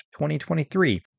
2023